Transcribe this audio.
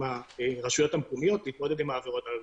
הרשויות המקומיות להתמודד על העבירות הללו.